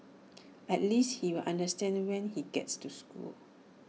at least he'll understand when he gets to school